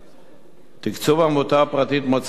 תקצוב עמותה פרטית מאוצר המדינה,